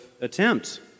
attempt